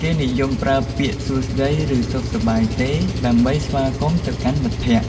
គេនិយមប្រើពាក្យ "សួស្ដី" ឬ "សុខសប្បាយទេ" ដើម្បីស្វាគមន៍ទៅកាន់មិត្តភក្តិ។